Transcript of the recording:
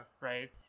Right